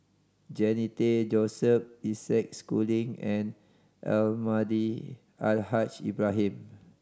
Jannie Tay Joseph Isaac Schooling and Almahdi Al Haj Ibrahim